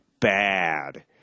bad